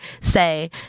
say